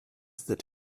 that